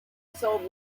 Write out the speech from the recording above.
sold